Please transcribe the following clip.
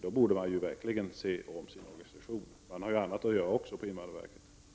Då borde man verkligen se om sin organisation. Det finns ju annat att göra även på invandrarverket. Konflikt pågår i bankvärlden.